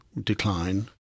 decline